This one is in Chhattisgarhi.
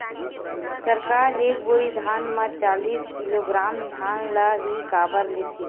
सरकार एक बोरी धान म चालीस किलोग्राम धान ल ही काबर लेथे?